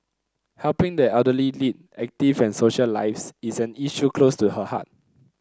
helping the elderly lead active and social lives is an issue close to her heart